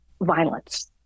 violence